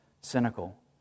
cynical